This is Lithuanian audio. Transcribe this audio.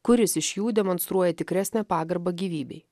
kuris iš jų demonstruoja tikresnę pagarbą gyvybei